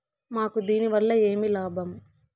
మాకు దీనివల్ల ఏమి లాభం